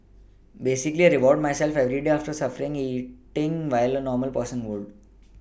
basically I reward myself every day after suffering eating what a normal person would